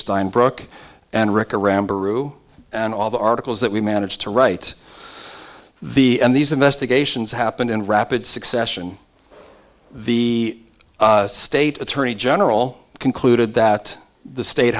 around and all the articles that we managed to write the and these investigations happened in rapid succession the state attorney general concluded that the state